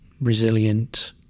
resilient